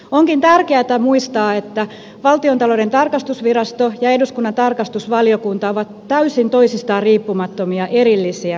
onkin tärkeätä muistaa että valtiontalouden tarkastusvirasto ja eduskunnan tarkastusvaliokunta ovat täysin toisistaan riippumattomia erillisiä tahoja